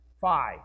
five